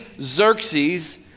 Xerxes